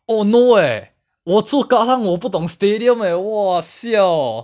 oh no eh 我住 kallang 我不懂 stadium eh !wah! siao